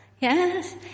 Yes